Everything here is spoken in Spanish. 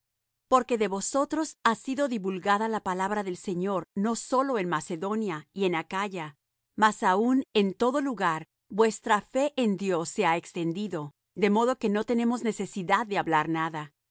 porque de vosotros ha sido divulgada la palabra del señor no sólo en macedonia y en acaya mas aun en todo lugar vuestra fe en dios se ha extendido de modo que no tenemos necesidad de hablar nada